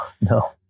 no